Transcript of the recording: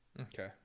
Okay